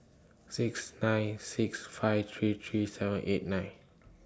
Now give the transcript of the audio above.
six nine six five three three seven eight nine